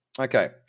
okay